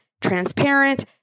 transparent